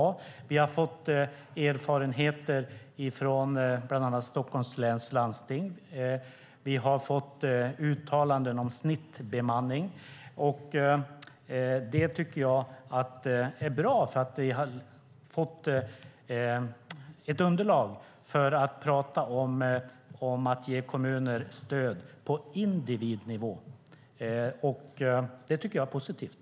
Vi har fått erfarenheter från bland andra Stockholms läns landsting. Vi har fått uttalanden om snittbemanning. Det tycker jag är bra, för vi har fått ett underlag för att tala om att ge kommuner stöd på individnivå. Det tycker jag är positivt.